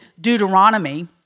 Deuteronomy